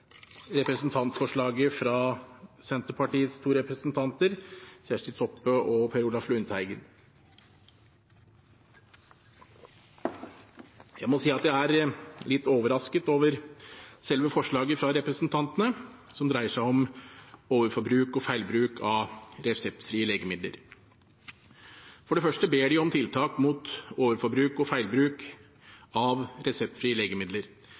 representantforslaget fra Senterpartiets to representanter Kjersti Toppe og Per Olaf Lundteigen. Jeg må si at jeg er litt overrasket over selve forslaget fra representantene, som dreier seg om overforbruk og feilbruk av reseptfrie legemidler. For det første ber de om tiltak mot overforbruk og feilbruk av reseptfrie legemidler.